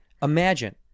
Imagine